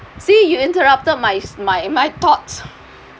see you interrupted my s~ my my thoughts